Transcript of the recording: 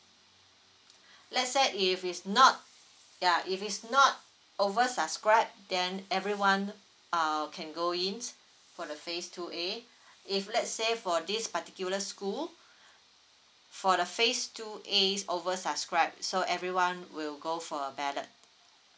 let's say if it's not ya if it's not over subscribe then everyone err can go in for the phrase two A if let's say for this particular school for the phrase two A over subscribed so everyone will go for a ballot